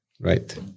Right